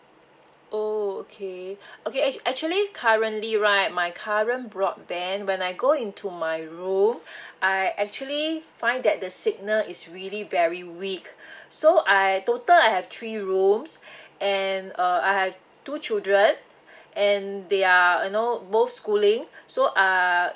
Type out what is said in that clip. oh okay okay act actually currently right my current broadband when I go into my room I actually find that the signal is really very weak so I total I have three rooms and uh I have two children and they are you know both schooling so uh